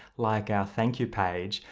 like our thank you page,